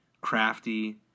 crafty